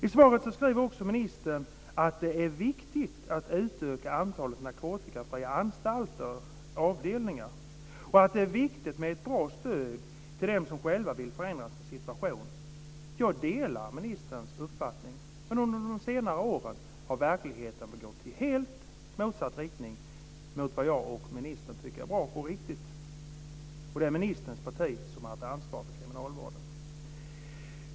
I svaret skriver också ministern att det är viktigt att utöka antalet narkotikafria anstalter och avdelningar och att det är viktigt med ett bra stöd till dem som själva vill förändra sin situation. Jag delar ministerns uppfattning. Men under de senare åren har verkligheten gått i helt motsatt riktning mot vad jag och ministern tycker är bra och riktigt. Och det är ministerns parti som har haft ansvar för kriminalvården.